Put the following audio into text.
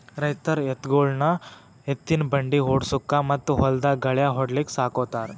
ರೈತರ್ ಎತ್ತ್ಗೊಳು ಎತ್ತಿನ್ ಬಂಡಿ ಓಡ್ಸುಕಾ ಮತ್ತ್ ಹೊಲ್ದಾಗ್ ಗಳ್ಯಾ ಹೊಡ್ಲಿಕ್ ಸಾಕೋತಾರ್